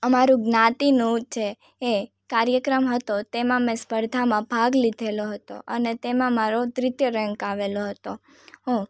અમારું જ્ઞાતિનું જે એ કાર્યક્રમ હતો તેમાં મેં સ્પર્ધામાં ભાગ લીધેલો હતો અને તેમાં મારો તૃતિય રેન્ક આવેલો હતો હ